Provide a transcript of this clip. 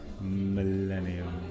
millennium